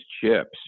chips